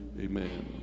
Amen